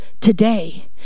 today